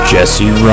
Jesse